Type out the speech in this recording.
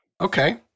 Okay